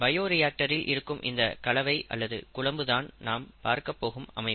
பயோரியாக்டரில் இருக்கும் இந்த கலவை அல்லது குழம்பு தான் நாம் பார்க்கப் போகும் அமைப்பு